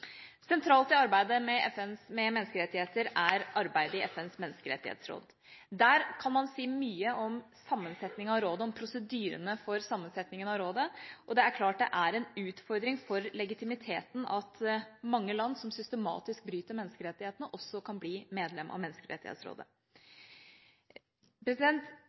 Sentralt i arbeidet med menneskerettigheter er arbeidet i FNs menneskerettighetsråd. Der kan man si mye om sammensetningen av rådet, og om prosedyrene for sammensetningen av rådet, og det er klart at det er en utfordring for legitimiteten at mange land som systematisk bryter menneskerettighetene, også kan bli medlem av Menneskerettighetsrådet.